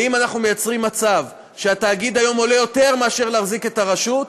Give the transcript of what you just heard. ואם אנחנו יוצרים מצב שהתאגיד היום עולה יותר מאשר להחזיק את הרשות,